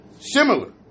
Similar